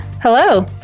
Hello